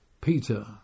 Peter